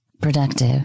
productive